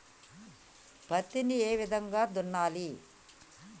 పత్తిని ఏ విధంగా దున్నాలి?